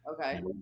Okay